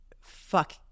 fuck